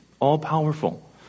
All-powerful